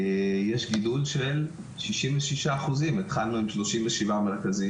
בישראל יש גידול של 66% - התחלנו עם 37 מרכזים